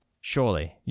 surely